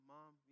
Mom